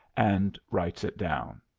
and writes it down.